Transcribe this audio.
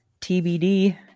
TBD